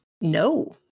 No